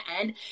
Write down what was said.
end